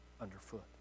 underfoot